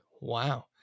wow